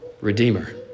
redeemer